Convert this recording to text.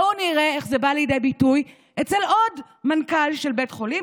בואו נראה איך זה בא לידי ביטוי אצל עוד מנכ"ל של בית חולים,